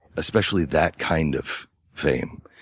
especially that kind of fame.